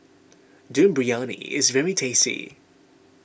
Dum Briyani is very tasty